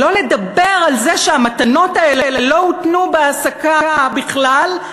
שלא לדבר על זה שהמתנות האלה לא הותנו בהעסקה בכלל,